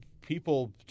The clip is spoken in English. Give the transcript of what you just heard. people